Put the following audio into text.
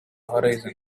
horizon